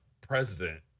president